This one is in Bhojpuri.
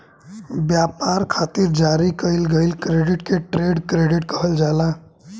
ब्यपार खातिर जारी कईल गईल क्रेडिट के ट्रेड क्रेडिट कहल जाला